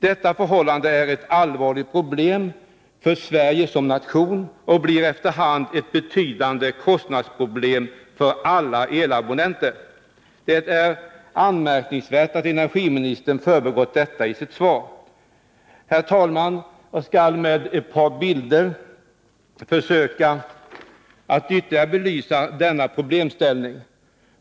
Detta förhållande är ett allvarligt problem för Sverige som nation och blir efter hand ett betydande kostnadsproblem för alla elabonnenter. Det är anmärkningsvärt att energiministern förbigått detta i sitt svar. Herr talman! Jag skall med ett par bilder försöka att ytterligare belysa denna problemställning.